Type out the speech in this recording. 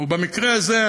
ובמקרה הזה,